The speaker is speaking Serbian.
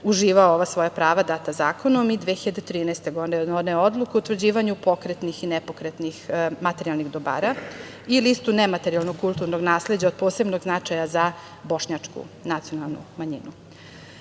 uživao ova svoja prava data zakonom i 2013. godine doneo odluku o utvrđivanju pokretnih i nepokretnih materijalnih dobara i listu nematerijalno kulturnog nasleđa od posebnog značaja za bošnjačku nacionalnu manjinu. Verujemo